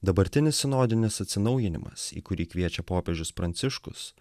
dabartinis sinodinis atsinaujinimas į kurį kviečia popiežius pranciškus